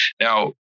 Now